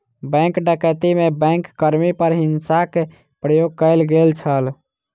bank डकैती में bank कर्मी पर हिंसाक प्रयोग कयल गेल छल